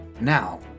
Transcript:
Now